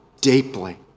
deeply